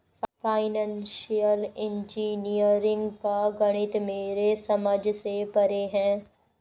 financial engineering का गणित मेरे समझ से परे है